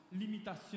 limitations